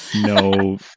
no